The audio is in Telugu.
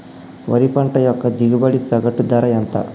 వరి పంట యొక్క దిగుబడి సగటు ధర ఎంత?